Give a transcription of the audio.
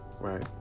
right